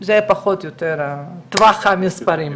זה פחות או יותר טווח המספרים.